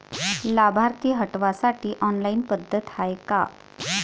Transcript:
लाभार्थी हटवासाठी ऑनलाईन पद्धत हाय का?